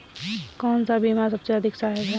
कौन सा बीमा सबसे अधिक सहायक है?